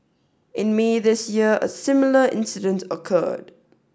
in May this year a similar incident occurred